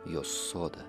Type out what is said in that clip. jos sodą